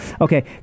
Okay